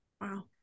Wow